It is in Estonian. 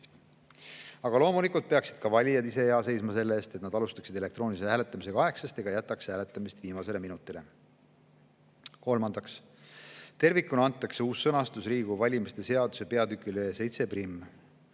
aga loomulikult peaksid ka valijad ise hea seisma selle eest, et nad alustaksid elektroonilise hääletamisega aegsasti ega jätaks hääletamist viimasele minutile. Kolmandaks, tervikuna antakse uus sõnastus Riigikogu valimise seaduse peatükile